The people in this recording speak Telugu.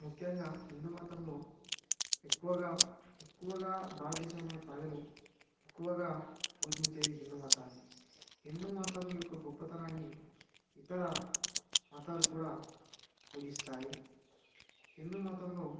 ముఖ్యంగా హిందూ మతంలో ఎక్కువగా ఎక్కువగా భారతదేశంలోని ప్రజలు ఎక్కువగా పూజించేది హిందూ మతాన్ని హిందూ మతం యొక్క గొప్పతనాన్ని ఇతర మతాలు కూడా పూజిస్తాయి హిందూ మతంలో